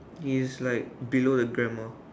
he is the like below the grandma